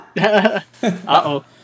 uh-oh